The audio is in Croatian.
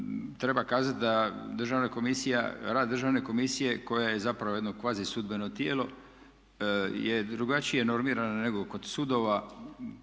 Treba kazati da rad Državne komisije koja je zapravo jedno kvazi sudbeno tijelo je drugačije normirano nego kod sudova.